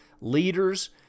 Leaders